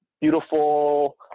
beautiful